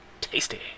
Tasty